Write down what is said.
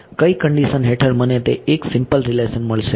કઈ કંડીશન હેઠળ મને તે એક સિમ્પલ રીલેશન મળશે